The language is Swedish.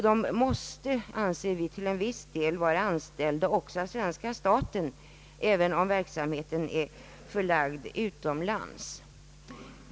De måste till viss del anses vara anställda av svenska staten, även om verksamheten är förlagd utomlands.